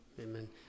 Amen